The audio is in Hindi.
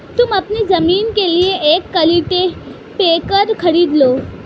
तुम अपनी जमीन के लिए एक कल्टीपैकर खरीद लो